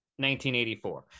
1984